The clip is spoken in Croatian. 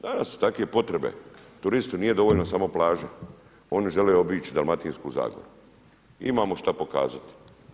Danas su takve potrebe, turistu nije dovoljna samo plaža, oni žele obići dalmatinsku zagoru, imamo šta pokazati.